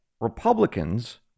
Republicans